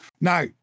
Now